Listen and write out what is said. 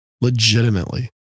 legitimately